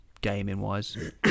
gaming-wise